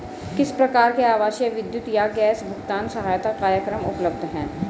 किस प्रकार के आवासीय विद्युत या गैस भुगतान सहायता कार्यक्रम उपलब्ध हैं?